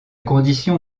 condition